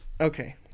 Okay